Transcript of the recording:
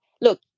look